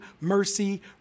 mercy